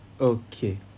okay